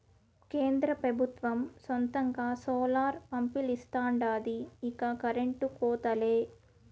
కేంద్ర పెబుత్వం సొంతంగా సోలార్ పంపిలిస్తాండాది ఇక కరెంటు కోతలే